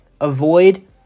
Avoid